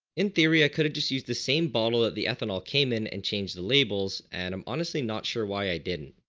in theory i could have just used the same bottle of the ethanol came in and change the labels and i'm honestly not sure why i didn't.